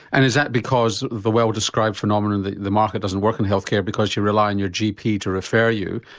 and is that because the well described phenomenon that the market doesn't work in health care because you rely on your gp to refer you,